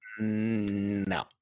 No